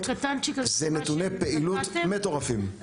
זה נתוני פעילות מטורפים.